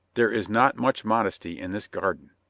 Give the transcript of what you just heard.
there is not much modesty in this garden.